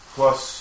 Plus